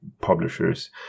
publishers